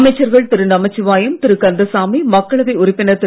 அமைச்சர்கள் திரு நமச்சிவாயம் திரு கந்தசாமி மக்களவை உறுப்பினர் திரு